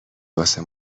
واسه